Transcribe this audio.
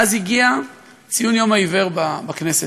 ואז הגיע ציון יום העיוור בכנסת,